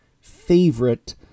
favorite